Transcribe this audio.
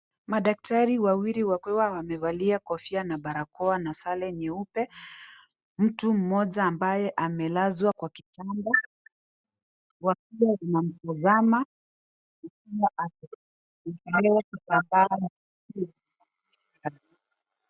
Madaktari wawili wakiwa wamevalia kofia na barakoa na sare nyeupe. Mtu mmoja ambaye amelazwa kwa kitanda wakiwa wanamtazama akiwa amepanua mdomo.